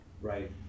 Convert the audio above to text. Right